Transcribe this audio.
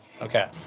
Okay